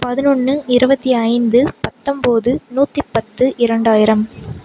பதினொன்று இருபத்தி ஐந்து பத்தொம்பது நூற்றி பத்து இரண்டாயிரம்